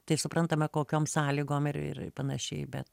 tai suprantama kokiom sąlygom ir ir panašiai bet